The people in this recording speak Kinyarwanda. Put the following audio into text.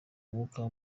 mwuka